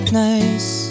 nice